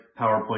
PowerPoint